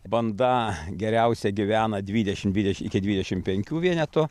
banda geriausia gyvena dvidešim dvideš iki dvidešim penkių vienetų